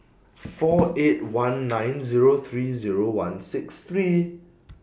four eight one nine Zero three Zero one six three